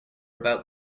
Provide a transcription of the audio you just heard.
about